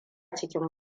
cikin